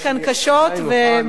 אני מוכן גם 30 שניות,